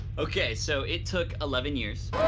okay, so it took eleven years,